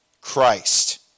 Christ